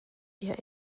wir